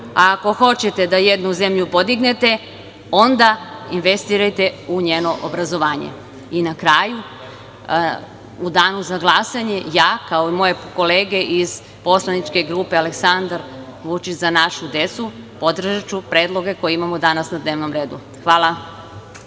a ako hoćete da jednu zemlju podignete, onda investirajte u njeno obrazovanje. Na kraju, u danu za glasanje, kao i moje kolege iz poslaničke grupe Aleksandar Vučić – za našu decu, podržaću predloge koje imamo danas na dnevnom redu. Hvala.